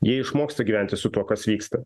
jie išmoksta gyventi su tuo kas vyksta